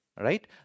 right